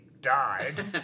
died